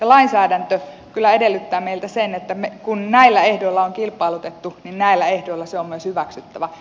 lainsäädäntö kyllä edellyttää meiltä sitä että kun näillä ehdoilla on kilpailutettu niin näillä ehdoilla se on myös hyväksyttävä